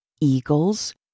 Eagles